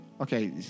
Okay